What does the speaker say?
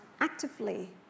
actively